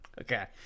okay